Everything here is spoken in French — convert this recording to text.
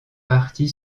partie